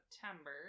September